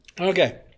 Okay